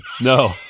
No